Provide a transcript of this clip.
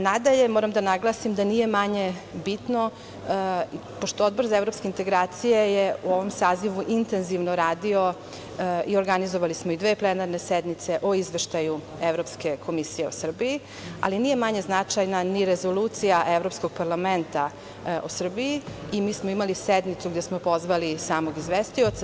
Nadalje, moram da naglasim da nije manje bitno, pošto Odbor za evropske integracije je u ovom sazivu intenzivno radio i organizovali smo i dve plenarne sednice o Izveštaju Evropske komisije o Srbiji, ali nije manje značajna ni Rezolucija Evropskog parlamenta o Srbiji i mi smo imali sednicu gde smo pozvali i samog izvestioca.